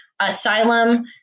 asylum